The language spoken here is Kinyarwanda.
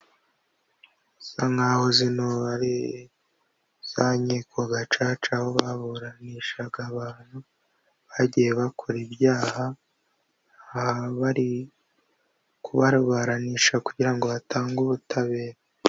Hasa nk'aho zino ari za nkiko gacaca aho baburanishaga abantu bagiye bakora ibyaha bari kubaburanisha kugira ngo hatangwe ubutabera.